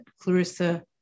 Clarissa